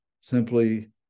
simply